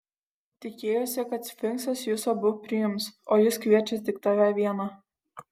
tikėjosi kad sfinksas jus abu priims o jis kviečia tik tave vieną